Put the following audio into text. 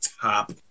top